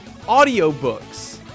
audiobooks